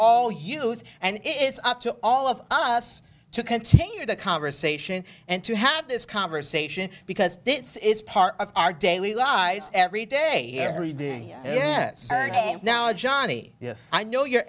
use and it's up to all of us to continue the conversation and to have this conversation because it's part of our daily lives every day every day yes ok now johnny yes i know you're